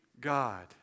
God